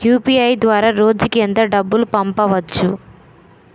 UPI ద్వారా రోజుకి ఎంత డబ్బు పంపవచ్చు?